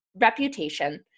reputation